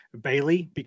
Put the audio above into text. Bailey